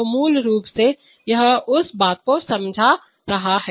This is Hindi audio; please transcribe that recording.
तो मूल रूप से यह उस बात को समझा रहा है